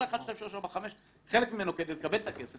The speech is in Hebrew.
כל 1,2,3,4,5 חלק ממנו, כדי לקבל את הכסף,